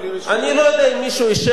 אני לא יודע אם מישהו אישר לו,